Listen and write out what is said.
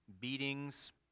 beatings